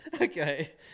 Okay